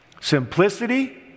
Simplicity